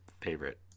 favorite